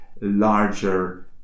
larger